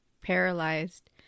paralyzed